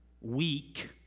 weak